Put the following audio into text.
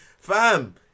Fam